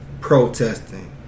protesting